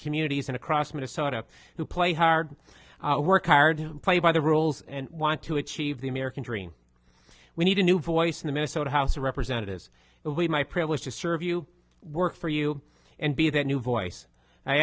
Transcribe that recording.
communities and across minnesota who play hard work hard play by the rules and want to achieve the american dream we need a new voice in the minnesota house of representatives my privilege to serve you work for you and be the new voice i